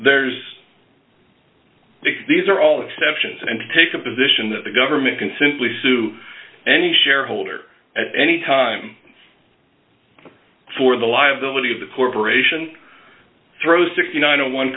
because these are all exceptions and take a position that the government can simply sue any shareholder at any time for the liability of the corporation throws sixty nine no one